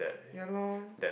ya loh